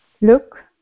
look